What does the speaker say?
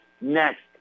next